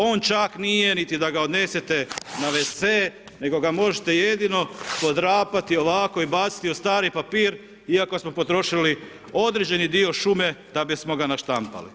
On čak nije niti da ga odnesete na wc, nego ga možete jedino podrapati ovako i baciti u stari papir, iako smo potrošili određeni dio šume da bismo ga naštampali.